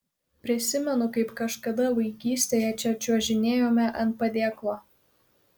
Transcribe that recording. prisimenu kaip kažkada vaikystėje čia čiuožinėjome ant padėklo